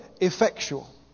effectual